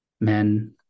men